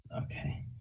Okay